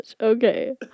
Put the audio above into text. okay